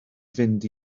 fynd